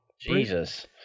Jesus